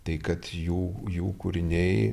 tai kad jų jų kūriniai